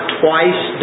twice